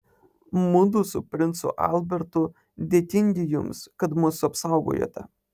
mudu su princu albertu dėkingi jums kad mus apsaugojote